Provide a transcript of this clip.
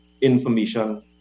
information